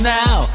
now